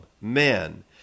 man